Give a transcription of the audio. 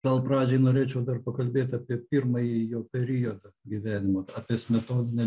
gal pradžiai norėčiau dar pakalbėt apie pirmąjį jo periodą gyvenimo apie smetoninę